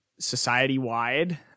society-wide